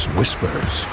Whispers